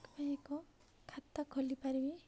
ଏକ ଖାତା ଖୋଲିପାରିବି